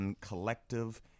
collective